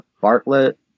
Bartlett